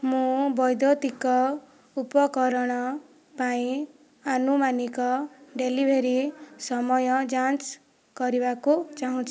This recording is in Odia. ମୁଁ ବୈଦ୍ୟୁତିକ ଉପକରଣ ପାଇଁ ଆନୁମାନିକ ଡେଲିଭରି ସମୟ ଯାଞ୍ଚ କରିବାକୁ ଚାହୁଁଛି